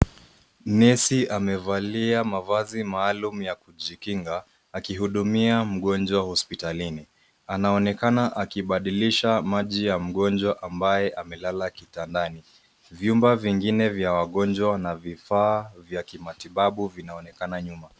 Nesi amevalia mavazi maalum ya kujikinga aki hudumia mgonjwa hospitalini. Anaonekana akibadilisha maji ya mgonjwa ambaye amelala kitandani. Vyumba vingine vya wagonjwa na vifaa vya kimatibabu vinaonekana nyuma.